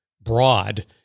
broad